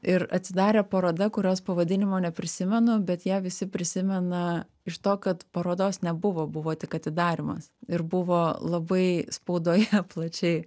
ir atsidarė paroda kurios pavadinimo neprisimenu bet ją visi prisimena iš to kad parodos nebuvo buvo tik atidarymas ir buvo labai spaudoje plačiai